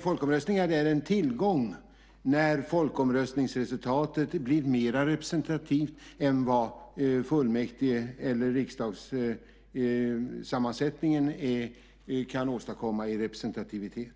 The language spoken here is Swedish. Folkomröstningar är en tillgång när folkomröstningsresultatet blir mer representativt än vad fullmäktige eller riksdagssammansättningen kan åstadkomma i representativitet.